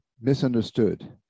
misunderstood